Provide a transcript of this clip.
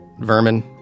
vermin